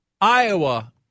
Iowa